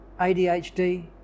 ADHD